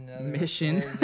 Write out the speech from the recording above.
mission